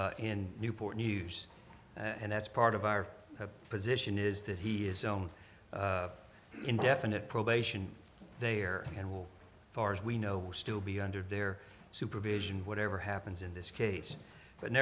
in newport news and that's part of our position is that he is own indefinite probation they are and will far as we know will still be under their supervision whatever happens in this case but